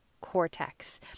cortex